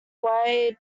wife